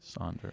Sonder